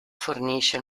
fornisce